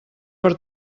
per